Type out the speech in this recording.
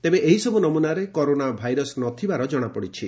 ତେବେ ଏହିସବୁ ନମୁନାରେ କରୋନା ଭାଇରସ ନ ଥିବା ଜଣାଯାଇଛି